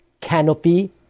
Canopy